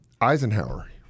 Eisenhower